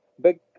big